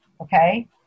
okay